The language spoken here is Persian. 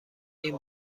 این